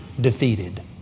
defeated